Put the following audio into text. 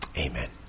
amen